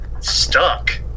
stuck